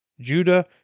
Judah